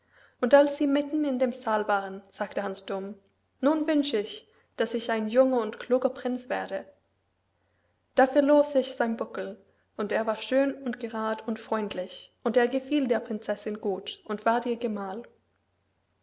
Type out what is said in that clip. und als sie mitten in dem saal waren sagte hans dumm nun wünsch ich daß ich ein junger und kluger prinz werde da verlor sich sein buckel und er war schön und gerad und freundlich und er gefiel der prinzessin gut und ward ihr gemahl